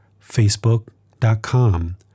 facebook.com